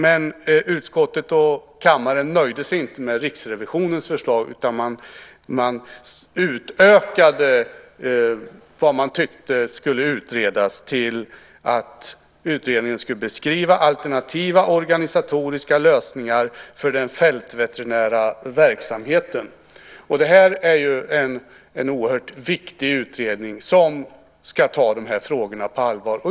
Men utskottet och kammaren nöjde sig inte med Riksrevisionens förslag, utan man utökade det man tyckte skulle utredas och sade att utredningen skulle beskriva alternativa organisatoriska lösningar för den fältveterinära verksamheten. Det är en oerhört viktig utredning som ska ta de här frågorna på allvar.